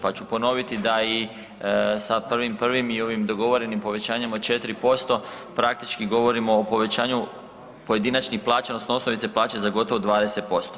Pa ću ponoviti da i sa 1.1. i ovim dogovorenim povećanjem od 4% praktički govorimo o povećanju pojedinačnih plaća odnosno osnovice plaća za gotovo 20%